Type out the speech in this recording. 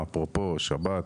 אפרופו שבת,